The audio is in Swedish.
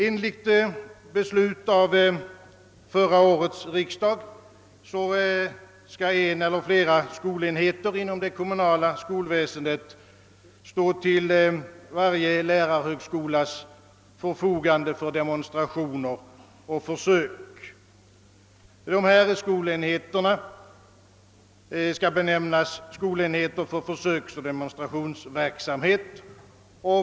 Enligt beslut av föregående års riksdag skall en eller flera skolenheter inom det kommunala skolväsendet stå till varje lärarhögskolas förfogande för demonstrationer och försök. Dessa skolenheter skall benämnas skolenheter för försöksoch demonstrationsverksamhet.